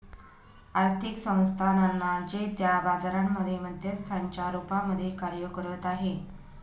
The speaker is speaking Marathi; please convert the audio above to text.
आर्थिक संस्थानांना जे त्या बाजारांमध्ये मध्यस्थांच्या रूपामध्ये कार्य करत आहे